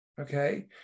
okay